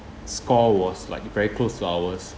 score was like very close to ours